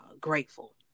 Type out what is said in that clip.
grateful